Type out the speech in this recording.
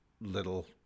little